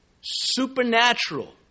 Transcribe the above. supernatural